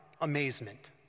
amazement